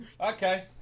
Okay